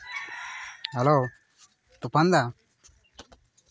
hello ᱛᱩᱯᱷᱟᱱ ᱫᱟ